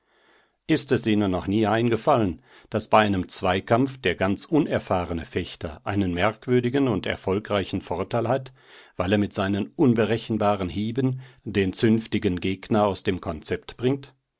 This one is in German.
ist es ihnen noch nie eingefallen daß bei einem zweikampf der ganz unerfahrene fechter einen merkwürdigen und erfolgreichen vorteil hat weil er mit seinen unberechenbaren hieben den zünftigen gegner aus dem konzept bringt